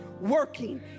working